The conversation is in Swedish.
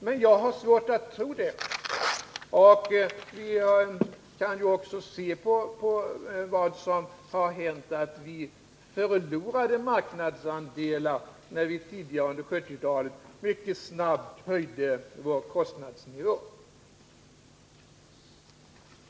Men jag har svårt att tro det, och vi kan ju också se på vad som har hänt — vi förlorade marknadsandelar när vi tidigare, under 1970-talet, mycket snabbt höjde vår kostnadsnivå.